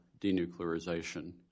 denuclearization